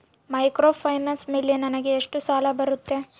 Microfinance ಮೇಲೆ ನನಗೆ ಎಷ್ಟು ಸಾಲ ಬರುತ್ತೆ?